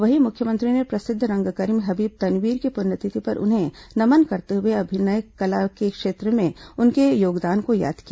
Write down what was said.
वहीं मुख्यमंत्री ने प्रसिद्ध रंगकर्मी हबीब तनवीर की पुण्यतिथि पर उन्हें नमन करते हुए अभिनय कला के क्षेत्र में उनके योगदान को याद किया